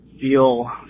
feel